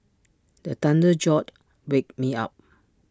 the thunder jolt wake me up